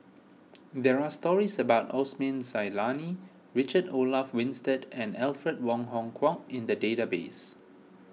there are stories about Osman Zailani Richard Olaf Winstedt and Alfred Wong Hong Kwok in the database